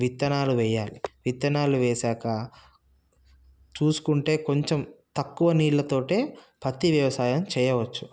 విత్తనాలు వేయాలి విత్తనాలు వేసాక చూసుకుంటే కొంచెం తక్కువ నీళ్ళతోటే పత్తి వ్యవసాయం చేయవచ్చు